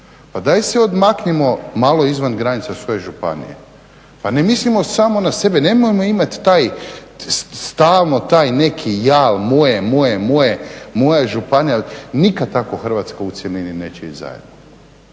Pa daj se odmaknimo malo izvan granica svoje županije, pa ne mislimo samo na sebe, nemojmo imati stalno taj neki jal moje, moje, moje, moja županija. Nikada tako Hrvatska u cjelini neće ići zajedno,